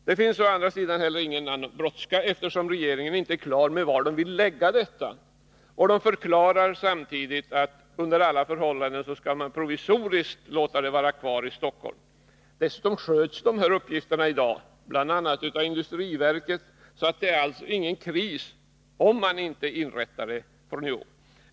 Det finns ingen brådska, eftersom regeringen inte är på det klara med var man vill placera verket och förklarar att man under alla förhållanden skall låta det provisoriskt vara kvar i Stockholm. Dessutom sköts ifrågavarande uppgifter f.n. av bl.a. industriverket. Det blir alltså inte någon kris, om man inte inrättar ett energiverk fr.o.m. i år.